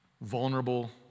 Vulnerable